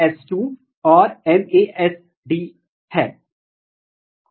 इसलिए उदाहरण के लिए यदि आप देखते हैं कि यह जंगली प्रकार का पौधा है और यह PLETHORA है